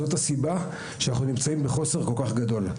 זאת הסיבה שאנחנו נמצאים בחוסר כל כך גדול.